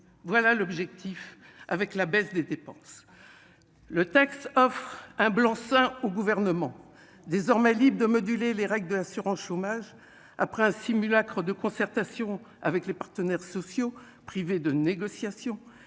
voilà l'objectif avec la baisse des dépenses, le texte offre un blanc-seing au gouvernement, désormais libre de moduler les règles de l'assurance chômage après un simulacre de concertation avec les partenaires sociaux privés de négociation